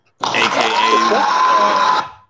Aka